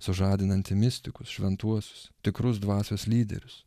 sužadinanti mistikus šventuosius tikrus dvasios lyderius